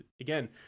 again